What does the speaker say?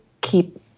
keep